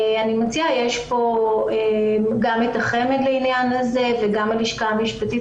יש פה גם את החמ"ד לעניין הזה וגם הלשכה המשפטית,